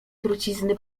trucizny